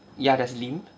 ya there is limp